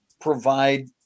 provide